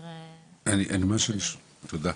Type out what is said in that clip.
תודה.